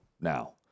now